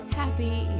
happy